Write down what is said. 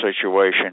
situation